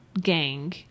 gang